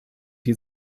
die